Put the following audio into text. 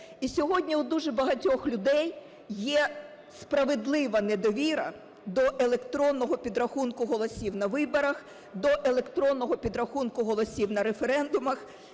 І сьогодні в дуже багатьох людей є справедлива недовіра до електронного підрахунку голосів на виборах, до електронного підрахунку голосів на референдумах.